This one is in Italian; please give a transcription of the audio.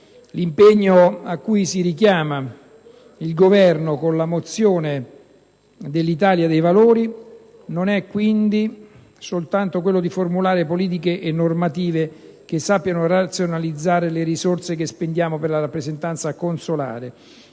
L'impegno a cui si richiama il Governo con la mozione dell'Italia dei Valori non è quindi soltanto quello di formulare politiche e normative che sappiano razionalizzare le risorse che spendiamo per la rappresentanza consolare,